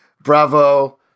bravo